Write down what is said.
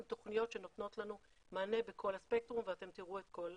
הן תוכניות שנותנות לנו מענה בכל הספקטרום ואתם תראו את כל המשרד.